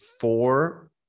four